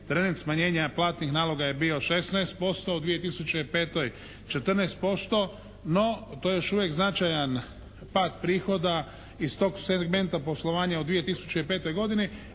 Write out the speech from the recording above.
trend smanjenja platnih naloga je bio 16%, u 2005. 14%, no to je još uvijek značajan pad prihoda iz tog segmenta poslovanja u 2005. godini,